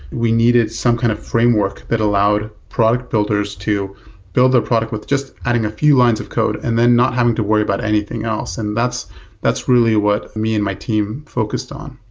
we needed some kind of framework that allowed product builders to build their product with just adding a few lines of code and then not having to worry about anything else. and that's that's really what me and my team focused on.